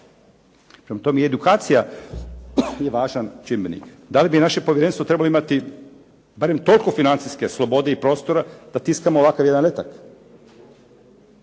Prema tome i edukacija je važan čimbenik. Da li bi naše povjerenstvo trebalo imati barem toliko financijske slobode i prostora da tiskamo jedan ovakav letak?